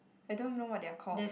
I don't even know what they're called